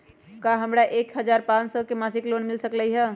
का हमरा के एक हजार पाँच सौ के मासिक लोन मिल सकलई ह?